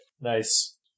Nice